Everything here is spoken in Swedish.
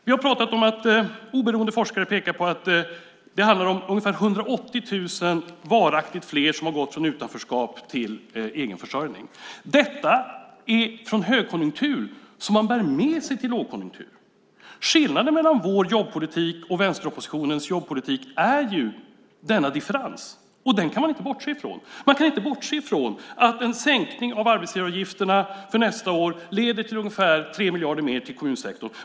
Vi har pratat om att oberoende forskare pekar på att det handlar om ungefär 180 000 fler som varaktigt har gått från utanförskap till egen försörjning. Det är från högkonjunktur som man bär med sig till lågkonjunktur. Skillnaden mellan vår jobbpolitik och vänsteroppositionens jobbpolitik är ju denna differens. Den kan man inte bortse från. Man kan inte bortse från att en sänkning av arbetsgivaravgifterna för nästa år leder till ungefär 3 miljarder mer till kommunsektorn.